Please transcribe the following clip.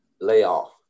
layoff